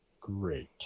great